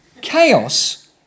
Chaos